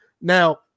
Now